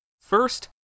First